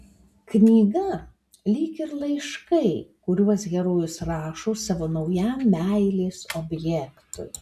knyga lyg ir laiškai kuriuos herojus rašo savo naujam meilės objektui